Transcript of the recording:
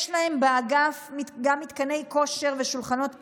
"יש להם באגף גם מתקני כושר ושולחנות פינג-פונג".